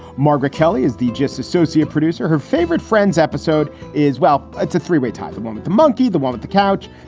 margaret kelly is the just associate producer, her favorite friends episode is, well, it's a three way tie, the one with the monkey, the one with the couch,